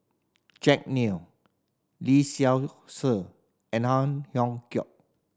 Jack Neo Lee Seow Ser and Ang Hiong Chiok